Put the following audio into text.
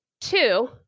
Two